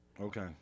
okay